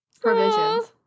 provisions